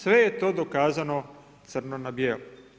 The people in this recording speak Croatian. Sve je to dokazano crno na bijelo.